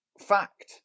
fact